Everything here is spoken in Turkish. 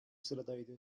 sıradaydı